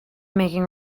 making